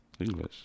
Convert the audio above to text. English